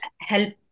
help